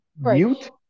mute